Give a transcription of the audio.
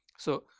so,